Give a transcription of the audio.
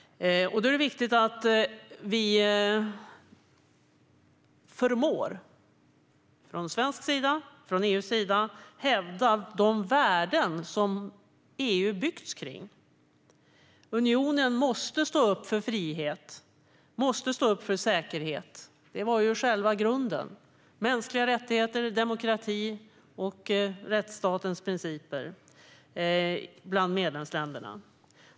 Det är viktigt att vi från svensk och EU:s sida förmår hävda de värden som EU har byggts kring. Unionen måste stå upp för frihet, säkerhet - det var ju själva grunden - mänskliga rättigheter, demokrati och rättsstatens principer bland medlemsländerna.